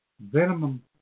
Venom